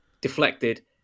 deflected